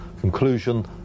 Conclusion